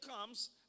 comes